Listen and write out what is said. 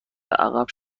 عقب